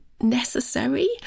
necessary